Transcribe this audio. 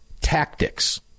tactics